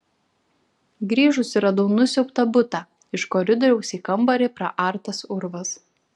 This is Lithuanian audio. grįžusi radau nusiaubtą butą iš koridoriaus į kambarį praartas urvas